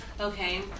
Okay